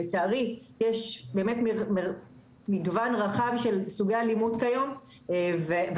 לצערי יש באמת מגוון רחב של סוגי אלימות כיום והמרכז